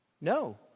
No